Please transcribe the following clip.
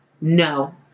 No